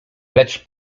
lecz